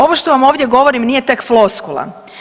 Ovo što vam ovdje govorim nije tek floskula.